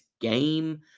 game